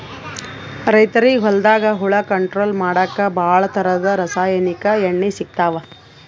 ರೈತರಿಗ್ ಹೊಲ್ದಾಗ ಹುಳ ಕಂಟ್ರೋಲ್ ಮಾಡಕ್ಕ್ ಭಾಳ್ ಥರದ್ ರಾಸಾಯನಿಕ್ ಎಣ್ಣಿ ಸಿಗ್ತಾವ್